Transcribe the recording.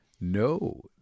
no